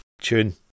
Tune